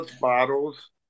bottles